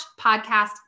podcast